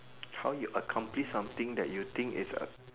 how you accomplish something that you think is A